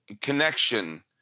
connection